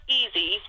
easy